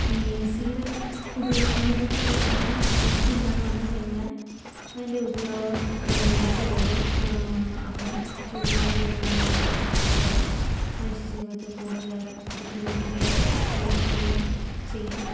ഈ എസിയുടെ ഉപയോഗം നിലച്ച് പോയാലും വൈദ്യുതി ഇല്ലാതെ വന്ന് കഴിഞ്ഞാൽ അതിൻ്റെ ഉപയോഗം നിലച്ച് പോകും അപ്പം ചൂടോട്കൂടി നമ്മൾ ഓഫീസിൽ ഇരിക്കുക അത് മനുഷ്യ ജീവിതത്തെ കൂടുതലേറെ ബുദ്ധിമുട്ടിലേക്ക് എറിയപ്പെടുകയും ചെയ്യും